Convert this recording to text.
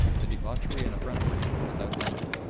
the debauchery and effrontery were without limit.